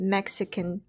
Mexican